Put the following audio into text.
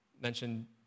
mention